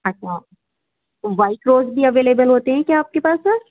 اچھا white rose بھی available ہوتے ہے کیا آپ کے پاس سر